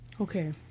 Okay